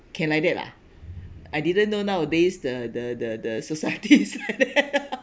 can like that lah I didn't know nowadays the the the the societies is like that lah